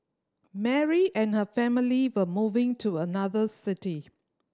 Mary and her family were moving to another city